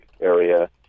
area